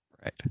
Right